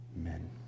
Amen